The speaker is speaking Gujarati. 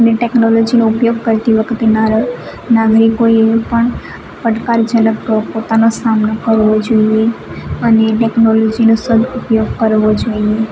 ને ટેકનોલોજીનો ઉપયોગ કરતી વખતે નારે નાગરિકોએ પણ પડકારજનક પોતાનો સામનો કરવો જોઈએ અને ટેકનોલોજીનો સદઉપયોગ કરવો જોઈએ